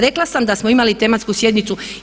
Rekla sam da smo imali tematsku sjednicu.